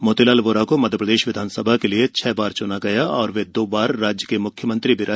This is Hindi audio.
मोतीलाल वोरा को मध्य प्रदेश विधानसभा के लिए छह बार च्ना गया और वे दो बार राज्य के म्ख्यमंत्री रहे